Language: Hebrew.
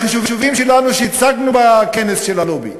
החישובים שלנו, שהצגנו בכנס של הלובי,